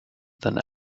than